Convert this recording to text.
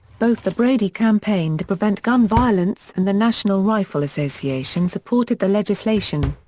both the brady campaign to prevent gun violence and the national rifle association supported the legislation.